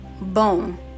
boom